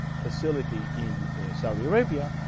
facility in saudi arabia.